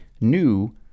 new